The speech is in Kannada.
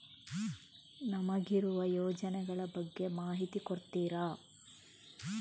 ನಮಗಿರುವ ಯೋಜನೆಗಳ ಬಗ್ಗೆ ಮಾಹಿತಿ ಕೊಡ್ತೀರಾ?